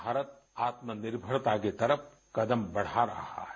भारत आत्मनिर्भरता की तरफ कदम बढ़ा रहा है